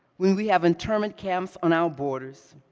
when we have internment camps on our borders,